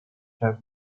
have